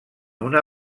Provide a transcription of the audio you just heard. una